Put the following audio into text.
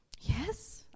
Yes